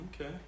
okay